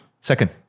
Second